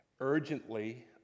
urgently